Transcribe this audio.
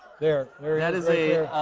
there. that is a